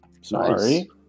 Sorry